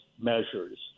measures